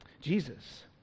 Jesus